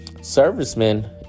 servicemen